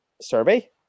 survey